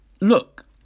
look